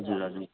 हजुर हजुर